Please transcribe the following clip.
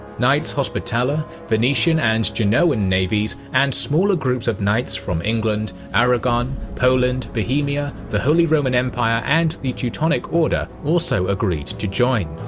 knights hospitaller, hospitaller, venetian and genoan navies and smaller groups of knights from england, aragon poland, bohemia, the holy roman empire and the teutonic order also agreed to join.